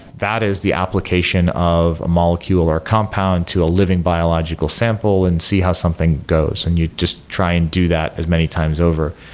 that is the application of a molecule or a compound to a living biological sample and see how something goes. and you just try and to do that as many times over.